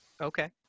Okay